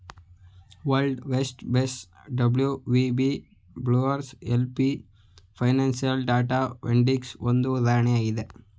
world west base WVB, Bloomberg LP financial data ವೆಂಡರ್ಸ್ಗೆಗೆ ಒಂದು ಉದಾಹರಣೆಯಾಗಿದೆ